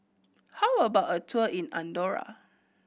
how about a tour in Andorra